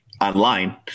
online